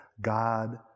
God